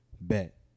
bet